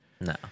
No